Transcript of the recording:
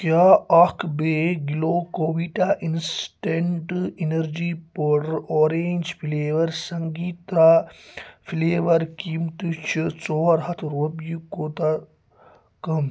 کیٛاہ اَکھ bag Glucovita instant energy powder orange flavour سنٛگیٖتاہ فلیور قۭمتہٕ چھِ ژور ہَتھ رۄپٮ۪و کوتاہ کم